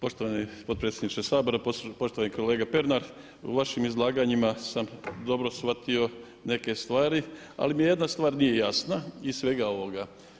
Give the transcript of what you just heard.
Poštovani potpredsjedniče Sabora, poštovani kolega Pernar u vašim izlaganjima sam dobro shvatio neke stvari ali mi jedna stvar nije jasna iz svega ovoga.